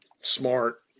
smart